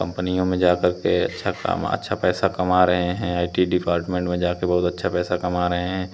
कंपनियों में जा कर के अच्छा काम अच्छा पैसा कमा रहे हैं आई टी डिपार्ट्मेन्ट में जाकर बहुत अच्छा पैसा कमा रहे हैं